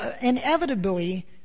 inevitably